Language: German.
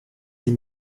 sie